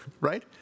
right